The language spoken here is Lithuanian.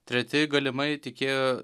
treti galimai įtikėjo